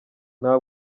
nta